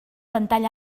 ventall